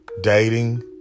dating